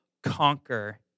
Conquer